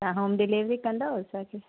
तव्हां home delivery कंदव असांखे